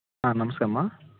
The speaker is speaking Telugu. నమస్తే అమ్మ